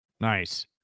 Nice